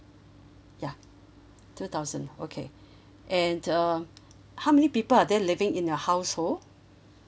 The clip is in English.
ya two thousand okay and uh how many people are there living in your household